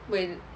when